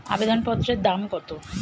আবেদন পত্রের দাম কত?